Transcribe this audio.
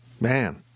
man